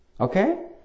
Okay